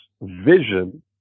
vision